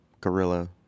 gorilla